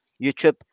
YouTube